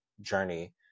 journey